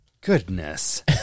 Goodness